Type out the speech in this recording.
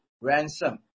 ransom